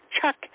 Chuck